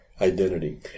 identity